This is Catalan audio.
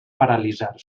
paralitzar